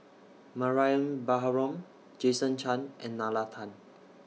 Mariam Baharom Jason Chan and Nalla Tan